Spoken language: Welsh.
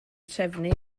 trefnu